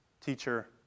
teacher